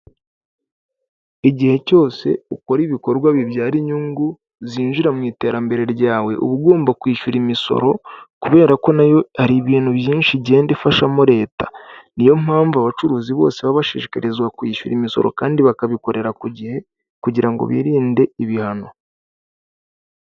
Igihe cyose ukora ibikorwa bibyara inyungu zinjira mu iterambere ryawe, uba ugomba kwishyura imisoro kubera ko nayo hari ibintu byinshi igenda ifashamo leta, niyo mpamvu abacuruzi bose baba bashishikarizwa kwishyura imisoro kandi bakabikorera ku gihe kugirango birinde ibihano.